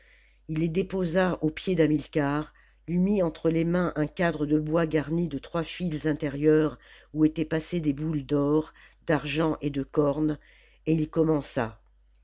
il les déposa aux pieds d'hamilcar lui mit entre les mains un cadre de bois farni de trois fils intérieurs oij étaient passées des ouïes d'or d'argent et de corne et il commença